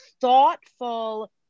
thoughtful